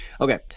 Okay